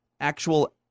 actual